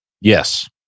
yes